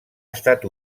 estat